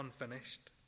unfinished